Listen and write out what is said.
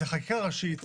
זה חקיקה ראשית.